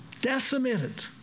decimated